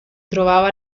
trovava